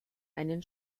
einen